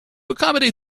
accommodate